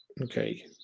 Okay